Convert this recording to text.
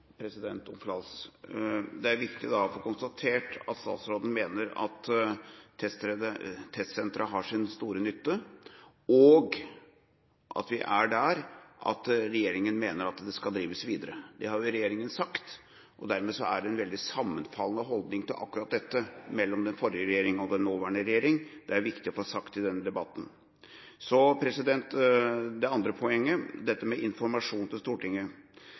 Det er viktig å få konstatert at statsråden mener at testsenteret har sin store nytte, og at vi er der at regjeringa mener at det skal drives videre. Det har regjeringa sagt. Dermed har den forrige regjering og den nåværende regjering en veldig sammenfallende holdning til akkurat dette. Det er viktig å få sagt i denne debatten. Så til det andre poenget, dette med informasjon til Stortinget.